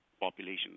population